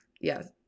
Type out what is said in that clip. yes